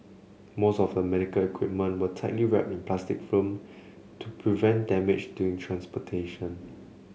most of the medical equipment were tightly wrapped in plastic film to prevent damage during transportation